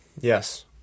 Yes